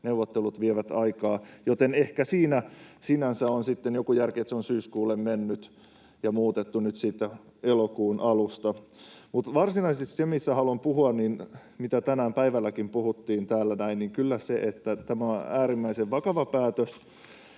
neuvottelut vievät aikaa, joten ehkä siinä sinänsä on sitten joku järki, että se on syyskuulle mennyt ja muutettu nyt siitä elokuun alusta. Mutta varsinaisesti se, mistä haluan puhua ja mistä tänään päivälläkin täällä puhuttiin, on kyllä se, että tämä on äärimmäisen vakava päätös,